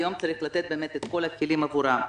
היום צריך לתת באמת את כל הכלים עבורם.